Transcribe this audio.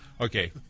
okay